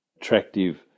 attractive